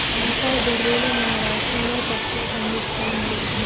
acai బెర్రీలు మన రాష్టం లో తక్కువ పండిస్తాండ్లు